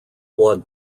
blood